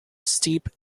steep